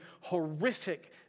horrific